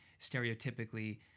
stereotypically